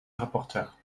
rapporteur